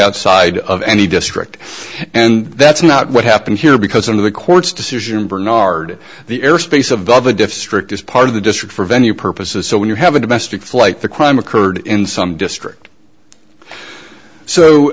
outside of any district and that's not what happened here because of the court's decision bernard the airspace above a diff strip this part of the district for venue purposes so when you have a domestic flight the crime occurred in some district so